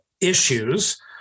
issues